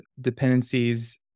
dependencies